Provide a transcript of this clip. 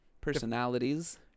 personalities